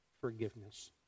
forgiveness